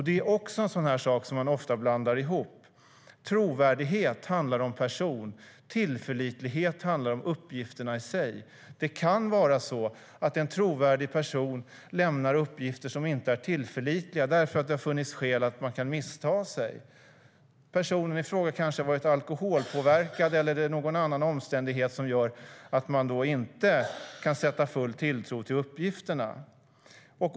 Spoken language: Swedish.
Det man ofta blandar ihop är trovärdighet och tillförlighet. Trovärdighet handlar om person; tillförlitlighet handlar om uppgifterna sig. En trovärdig person kan lämna uppgifter som inte är tillförlitliga därför att man har kunnat missta sig. Personen i fråga har kanske varit alkoholpåverkad, eller är det någon annan omständighet som gör att man inte kan sätta full tilltro till uppgifterna.